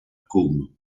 côme